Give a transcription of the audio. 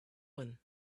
one